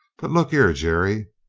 but look e, jerry,